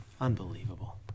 unbelievable